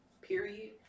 period